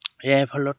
ইয়াৰ ফলত